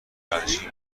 ورزشی